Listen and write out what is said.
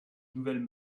nouvelles